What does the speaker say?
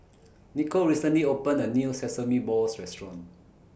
Nico recently opened A New Sesame Balls Restaurant